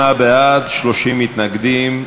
38 בעד, 30 מתנגדים.